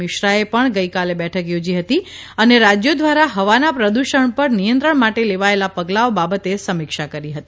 મિશ્રાએ પણ ગઇકાલે બેઠક યોજી હતી અને રાજયો દ્વારા હવાન પ્રદૂષણ પર નિયંત્રણ માટે લેવાયેલા પગલાઓ બાબતે સમીક્ષા કરી હતી